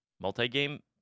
multi-game